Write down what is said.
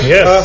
Yes